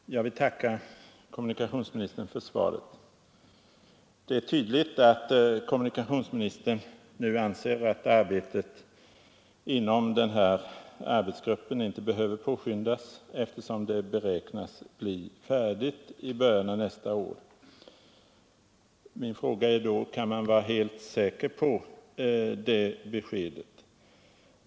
Herr talman! Jag tackar kommunikationsministern för svaret. Det är tydligt att kommunikationsministern nu anser att arbetet inom denna arbetsgrupp inte behöver påskyndas, eftersom det beräknas bli färdigt i början av nästa år. Min fråga är då: Kan man vara helt säker på det beskedet?